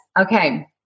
Okay